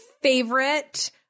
favorite